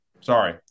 sorry